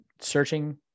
searching